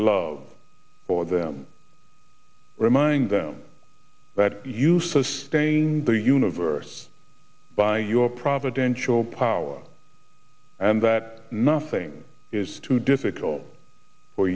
love for them remind them that you sustain the universe by your providential power and that nothing is too difficult for